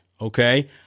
okay